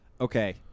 okay